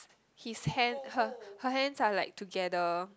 his hand her her hands are like together